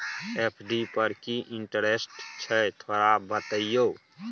FD पर की interest छय थोरा बतईयो?